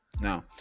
now